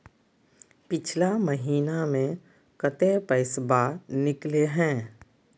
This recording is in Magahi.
पिछला महिना मे कते पैसबा निकले हैं?